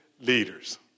leaders